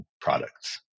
products